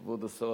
כבוד השר,